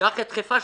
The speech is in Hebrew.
קח את חיפה,